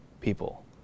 people